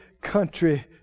country